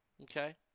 Okay